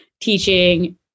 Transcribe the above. teaching